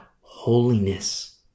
holiness